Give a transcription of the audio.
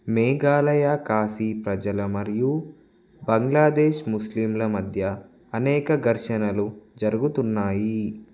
మేఘాలయ కాశీ ప్రజలు మరియు బంగ్లాదేశ్ ముస్లింల మధ్య అనేక ఘర్షణలు జరుగుతున్నాయి